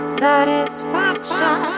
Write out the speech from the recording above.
satisfaction